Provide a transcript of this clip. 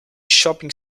shopping